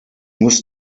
muss